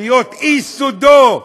שיהיה איש סודו,